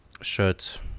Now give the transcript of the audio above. shirt